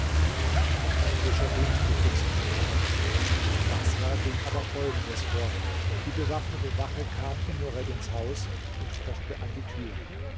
ein frischer wind begünstigte die fahrt in baßrah ging aber folgendes vor die bewaffnete wache kam in nureddins haus und pochte an die türe